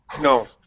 No